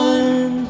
One